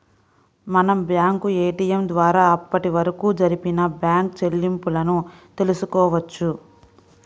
మనం bank ATM ద్వారా అప్పటివరకు జరిపిన బ్యేంకు చెల్లింపులను తెల్సుకోవచ్చు